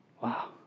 Wow